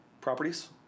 properties